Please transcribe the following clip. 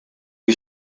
kui